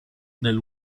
del